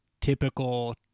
typical